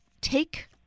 take